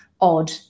Odd